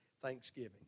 thanksgiving